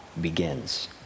begins